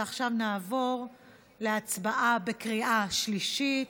עכשיו נעבור להצבעה בקריאה שלישית.